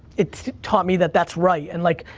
it taught me that that's right, and like,